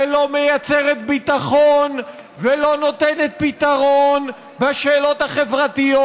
ולא מייצרת ביטחון ולא נותנת פתרון בשאלות החברתיות,